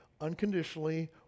unconditionally